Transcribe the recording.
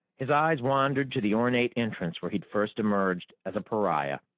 his eyes wandered to the ornate entrance where he'd first emerged as a pariah.